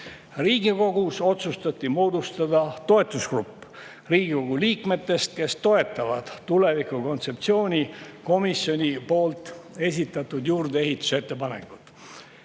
Riigikogus otsustati moodustada toetusgrupp Riigikogu liikmetest, kes toetavad tulevikukontseptsiooni komisjoni esitatud juurdeehituse ettepanekut.